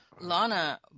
Lana